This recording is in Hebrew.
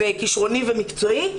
כשרוני ומקצועי,